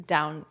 Down